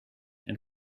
and